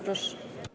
Proszę.